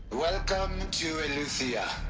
welcome. to eleuthia.